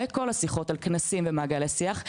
לפני כל השיחות על כנסים ומעגלי שיח.